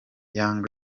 young